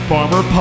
Farmer